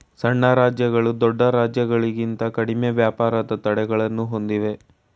ಸಣ್ಣ ರಾಜ್ಯಗಳು ದೊಡ್ಡ ರಾಜ್ಯಗಳಿಂತ ಕಡಿಮೆ ವ್ಯಾಪಾರದ ತಡೆಗಳನ್ನು ಹೊಂದಿವೆ